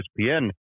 ESPN